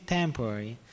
temporary